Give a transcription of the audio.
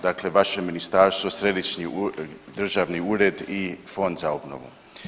Dakle vaše Ministarstvo, Središnji državni ured i Fond za obnovu.